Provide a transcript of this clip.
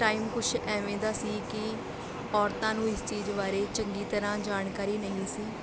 time ਕੁਛ ਐਵੇਂ ਦਾ ਸੀ ਕਿ ਔਰਤਾਂ ਨੂੰ ਇਸ ਚੀਜ਼ ਬਾਰੇ ਚੰਗੀ ਤਰ੍ਹਾਂ ਜਾਣਕਾਰੀ ਨਹੀਂ ਸੀ